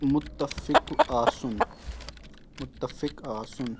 مُتفِق آسُن مُتفِق آسُن